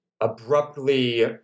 abruptly